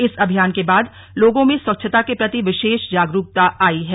इस अभियान के बाद लोगों में स्वच्छता के प्रति विष जागरूकता आई है